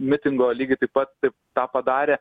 mitingo lygiai taip pat taip tą padarė